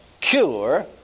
cure